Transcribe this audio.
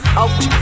out